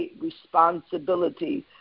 responsibility